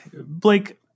Blake